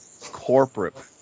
corporate